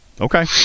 Okay